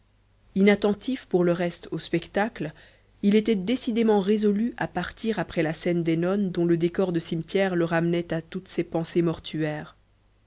inattentif pour le reste au spectacle il était décidément résolu à partir après la scène des nonnes dont le décor de cimetière le ramenait à toutes ses pensées mortuaires